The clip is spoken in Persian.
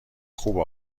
خوب